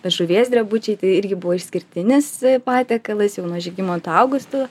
bet žuvies drebučiai tai irgi buvo išskirtinis patiekalas jau nuo žygimanto augusto